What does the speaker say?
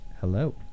Hello